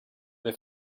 they